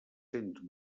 cents